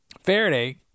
Faraday